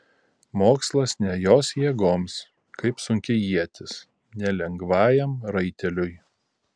mokslas ne jos jėgoms kaip sunki ietis ne lengvajam raiteliui